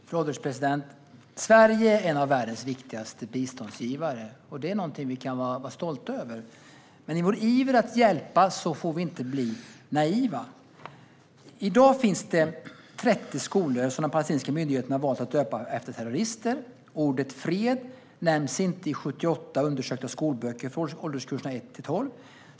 Fru ålderspresident! Sverige är en av världens viktigaste biståndsgivare, och det är någonting vi kan vara stolta över. Men i vår iver att hjälpa får vi inte bli naiva. I dag finns det 30 skolor som den palestinska myndigheten har valt att döpa efter terrorister. Ordet "fred" nämns inte i 78 undersökta skolböcker för årskurserna 1-12.